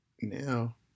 now